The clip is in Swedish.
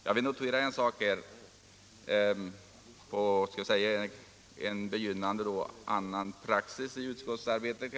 Jag vill här notera låt mig säga en begynnande annan praxis i utskottsarbetet.